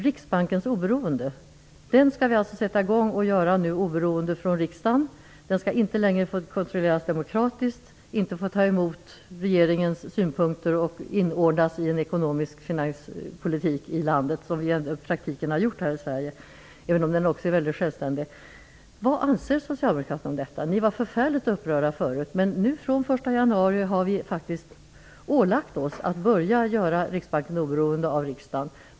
Riksbanken skall alltså bli oberoende av riksdagen. Det skall inte längre ske en kontroll av en demokratiskt vald församling. Den skall inte få ta emot regeringens synpunkter och inordnas i landets finanspolitik. Så har det i praktiken varit i Sverige, även om Riksbanken redan har agerat självständigt. Vad anser socialdemokraterna om detta? Ni var förfärligt upprörda över detta förut. Men nu har vi i Sverige ålagt oss att den 1 januari skall Riksbankens ställning göras oberoende av riksdagen.